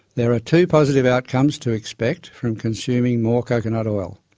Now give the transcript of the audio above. there are two positive outcomes to expect from consuming more coconut oil.